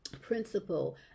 principle